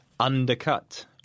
Undercut